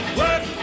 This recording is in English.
work